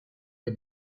est